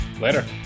Later